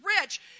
rich